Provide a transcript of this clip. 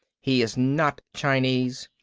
he is not chinese.